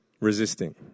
resisting